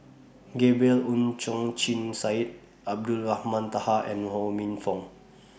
Gabriel Oon Chong Jin Syed Abdulrahman Taha and Ho Minfong